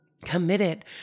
committed